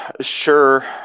sure